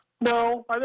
No